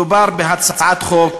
מדובר בהצעת חוק